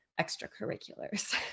extracurriculars